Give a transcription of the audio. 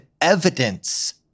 evidence